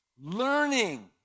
learning